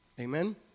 Amen